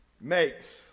makes